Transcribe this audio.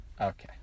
Okay